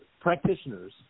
practitioners